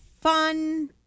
fun